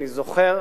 אני זוכר,